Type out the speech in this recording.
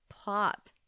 pop